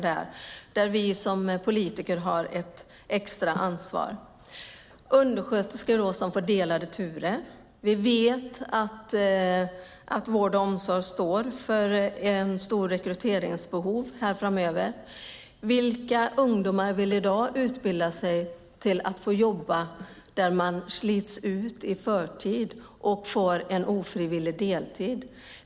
Där har vi politiker ett extra ansvar. Undersköterskor får delade turer. Vi vet att vård och omsorg står inför ett stort rekryteringsbehov framöver. Vilka ungdomar vill i dag utbilda sig för att jobba där man slits ut i förtid och får en ofrivillig deltid.